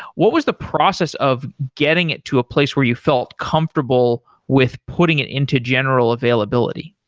what was the process of getting it to a place where you felt comfortable with putting it into general availability?